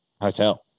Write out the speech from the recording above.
Hotel